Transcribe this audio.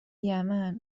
یمن